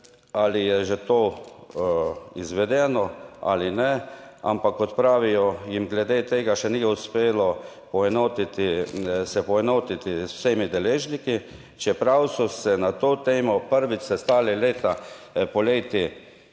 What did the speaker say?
ali je že to izvedeno ali ne, ampak kot pravijo, jim glede tega še ni uspelo se poenotiti z vsemi deležniki, čeprav so se na to temo prvič sestali leta poleti